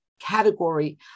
Category